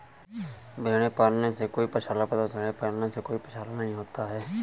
भेड़े पालने से कोई पक्षाला बताएं?